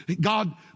God